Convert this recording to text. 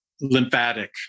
lymphatic